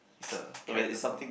is a character flaw